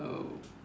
oh